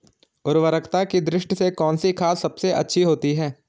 उर्वरकता की दृष्टि से कौनसी खाद अच्छी होती है?